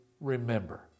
remember